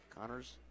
Connors